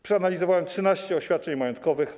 Przeanalizowano 13 oświadczeń majątkowych.